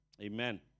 amen